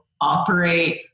operate